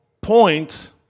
point